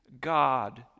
God